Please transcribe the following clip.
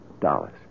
dollars